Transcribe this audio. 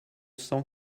cent